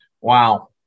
Wow